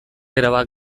erabat